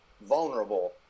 vulnerable